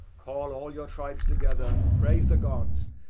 call all your tribes together, praise the gods,